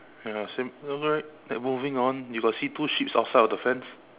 ya same also right moving on you got see two sheep outside of the fence